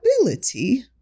ability